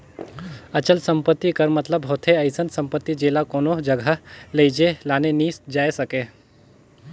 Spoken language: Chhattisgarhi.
अचल संपत्ति कर मतलब होथे अइसन सम्पति जेला कोनो जगहा लेइजे लाने नी जाए सके